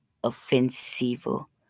ofensivo